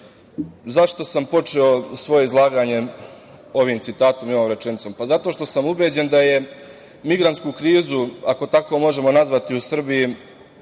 sam počeo svoje izlaganje ovim citatom i ovom rečenicom? Zato što sam ubeđen da je migrantsku krizu, ako tako možemo nazvati, u Srbiji